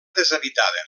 deshabitada